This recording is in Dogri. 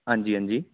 आं जी आं जी